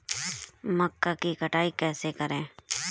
मक्का की कटाई कैसे करें?